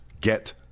get